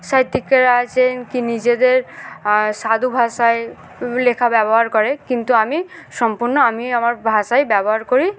সাহিত্যিকেরা আছেন কি নিজেদের সাধু ভাষায় লেখা ব্যবহার করে কিন্তু আমি সম্পূর্ণ আমি আমার ভাষাই ব্যবহার করি